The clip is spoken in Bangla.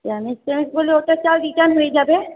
হলে ওটা চাল রিটার্ন হয়ে যাবে